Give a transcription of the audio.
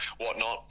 whatnot